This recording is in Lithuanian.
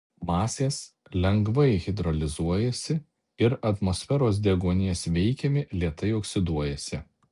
masės lengvai hidrolizuojasi ir atmosferos deguonies veikiami lėtai oksiduojasi